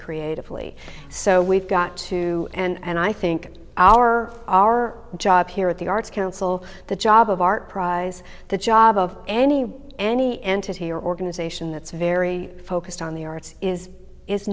creatively so we've got to and i think our our job here at the arts council the job of art prize the job of any any entity organization that's very focused on the arts is is